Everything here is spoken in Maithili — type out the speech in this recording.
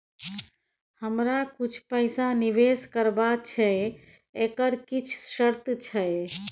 हमरा कुछ पैसा निवेश करबा छै एकर किछ शर्त छै?